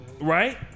Right